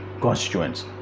constituents